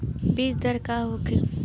बीजदर का होखे?